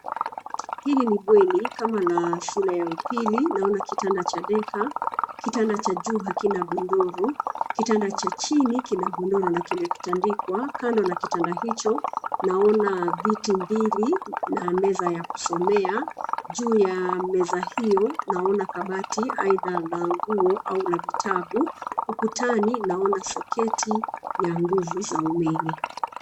Hili ni bweni kama la shule ya upili naona kitanda cha deka, kitanda cha juu hakina godoro, kitanda cha chini kina godoro na kimetandikwa. Kando na kitanda hicho naona viti mbili na meza ya kusomea. Juu ya meza hiyo naona kabati aidha la nguo au la vitabu, ukutani naona soketi ya nguvu za umeme.